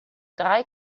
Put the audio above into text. drei